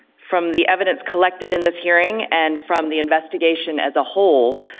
from the evidence collected in this hearing, and from the investigation as a whole,